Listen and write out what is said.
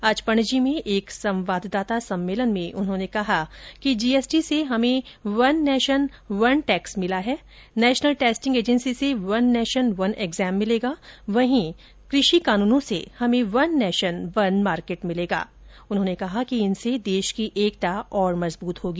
आज पणजी में एक संवाददाता सम्मेलन में उन्होंने कहा कि जीएसटी से हमें one nation one one tax मिला नेशनल टेस्टिंग एजेन्सी से वन नेशन वन एक्जाम मिलेगा वहीं कृषि कानूनों से हमें वन नेशन वन मार्केट मिलेगा जिससे देश की एकता और मजबूत होगी